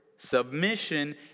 Submission